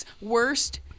worst